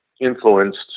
influenced